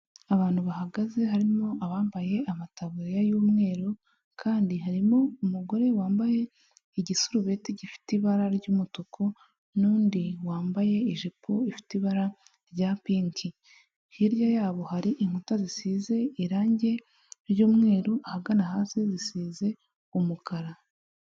Abantu bahagaze harimo abambaye amataburiya y'umweru, kandi harimo umugore wambaye igisurubeti gifite ibara ry'umutuku n'undi wambaye ijipo ifite ibara rya pinki. Hirya yabo hari inkuta zisize irange ry'umweru, ahagana hasi zisize umukara.